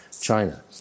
China